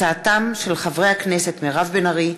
בהצעתו של חבר הכנסת יצחק וקנין בנושא: